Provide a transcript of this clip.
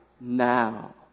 now